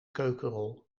keukenrol